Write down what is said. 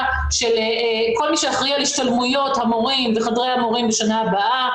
של כל מי שאחראי על השתלמויות המורים וחדרי המורים בשנה הבאה,